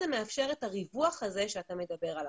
זה מאפשר את הריווח הזה שאתה מדבר עליו.